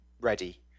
ready